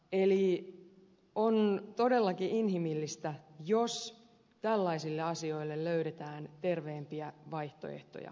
eli on todellakin inhimillistä jos tällaisille asioille löydetään terveempiä vaihtoehtoja